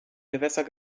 gewässer